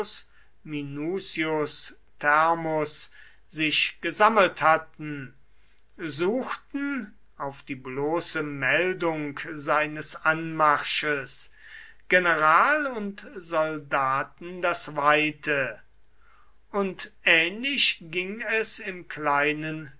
thermus sich gesammelt hatten suchten auf die bloße meldung seines anmarsches general und soldaten das weite und ähnlich ging es im kleinen